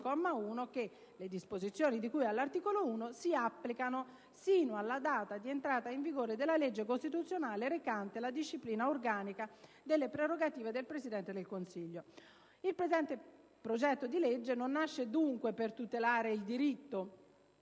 che «le disposizioni di cui all'articolo 1 si applicano sino alla data di entrata in vigore della legge costituzionale recante la disciplina organica delle prerogative del Presidente del Consiglio». Il presente progetto di legge non nasce dunque per tutelare il diritto